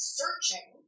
searching